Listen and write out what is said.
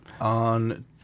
On